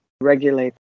regulate